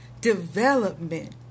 development